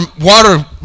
water